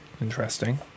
interesting